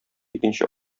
икенче